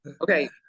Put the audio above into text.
Okay